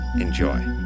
enjoy